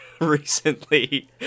recently